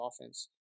offense